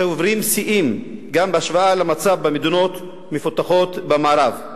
שעוברים שיאים גם בהשוואה למצב במדינות מפותחות במערב.